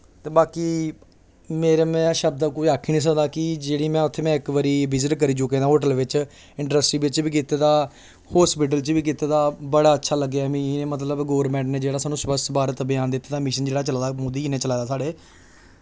ते बाकी मेरे ने शब्द कोई आखी निं सकदा कि उत्थें में इक बारी विजिट करी चुके दा आं होटल बिच इंडस्ट्री बिच बी कीते दा हॉस्पिटल बिच बी कीते दा बड़ा अच्छा लग्गेआ मिगी एह् मतलब गौरमेंट ने जेह्ड़ा सानूं स्वच्छ भारत अभियान जेह्ड़ा दित्ते दा मिशन दित्ते दा सानूं जेह्ड़ा चलाया मोदी ने दित्ते दा साढ़े